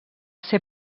ser